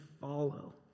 follow